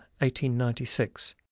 1896